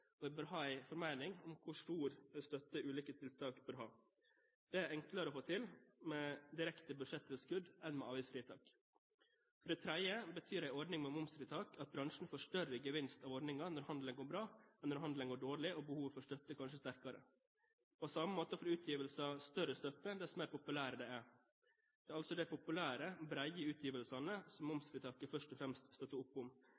og vi bør ha en formening om hvor stor støtte ulike tiltak bør ha. Dette er enklere å få til med direkte budsjettilskudd enn med avgiftsfritak. For det tredje betyr en ordning med momsfritak at bransjen får større gevinst av ordningen når handelen går bra, enn når handelen går dårlig, og behovet for støtte kanskje er sterkere. På samme måte får utgivelser større støtte dess mer populære de er. Det er altså de populære, brede utgivelsene momsfritaket først og fremst støtter opp om.